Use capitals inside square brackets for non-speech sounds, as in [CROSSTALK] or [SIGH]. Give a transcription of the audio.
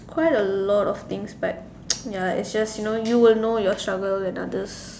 quite a lot of things but [NOISE] ya it's just you know you will know your struggle than others